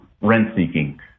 rent-seeking